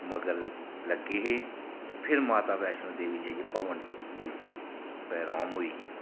मगर लग्गे हे ते फिर माता वैष्णो देवी जाइयै भवन च विराम होई ही